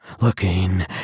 looking